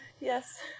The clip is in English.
Yes